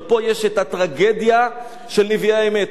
אבל פה יש הטרגדיה של נביאי האמת.